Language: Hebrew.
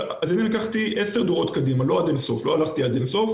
לקחתי 10 דורות קדימה לא הלכתי עד אין סוף